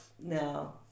no